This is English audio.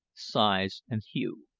size, and hue.